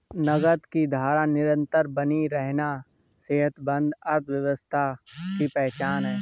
नकद की धारा निरंतर बनी रहना सेहतमंद अर्थव्यवस्था की पहचान है